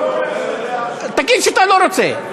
תגיד שאתה לא רוצה.